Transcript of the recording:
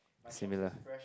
similar